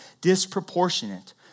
disproportionate